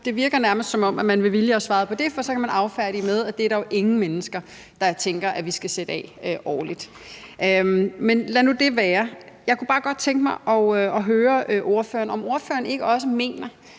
virker det nærmest, som om man med vilje svarer på det, for så kan man affærdige det med, at det er der jo ingen mennesker der tænker at vi skal sætte af årligt. Men lad nu det være. Jeg kunne bare godt tænke mig at høre ordføreren, om ordføreren ikke også mener,